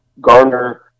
garner